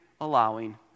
allowing